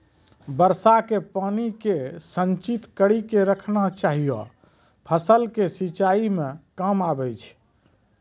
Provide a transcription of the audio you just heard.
वर्षा के पानी के संचित कड़ी के रखना चाहियौ फ़सल के सिंचाई मे काम आबै छै?